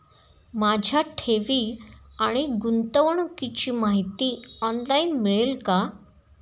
माझ्या ठेवी आणि गुंतवणुकीची माहिती ऑनलाइन मिळेल का?